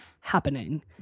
happening